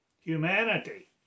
humanity